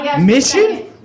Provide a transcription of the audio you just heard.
Mission